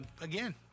Again